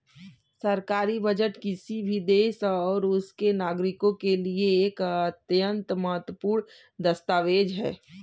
सरकारी बजट किसी भी देश और उसके नागरिकों के लिए एक अत्यंत महत्वपूर्ण दस्तावेज है